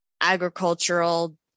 agricultural